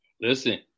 Listen